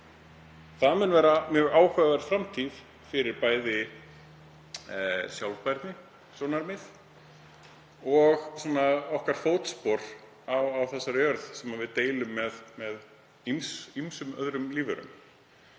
Það verður mjög áhugaverð framtíð fyrir bæði sjálfbærnisjónarmið og okkar fótspor á þessari jörð sem við deilum með ýmsum öðrum lífverum,